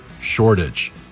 shortage